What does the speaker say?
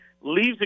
leaves